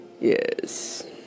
yes